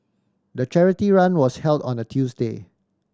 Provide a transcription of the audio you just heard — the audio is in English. the charity run was held on a Tuesday